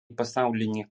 pasaulinį